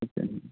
okay అండి